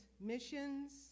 missions